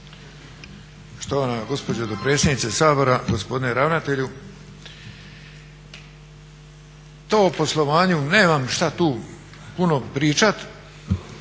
Štovana gospođo dopredsjednice Sabora, gospodine ravnatelju. To o poslovanju nemam šta tu puno pričat,